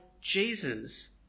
Jesus